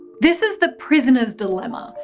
this is the prisoner's dilemma,